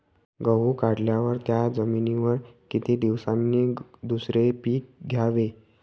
गहू काढल्यावर त्या जमिनीवर किती दिवसांनी दुसरे पीक घ्यावे?